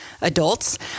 adults